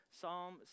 Psalm